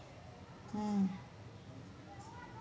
mm